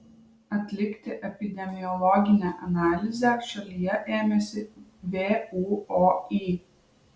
atlikti epidemiologinę analizę šalyje ėmėsi vuoi